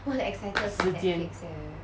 时间